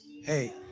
Hey